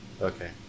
Okay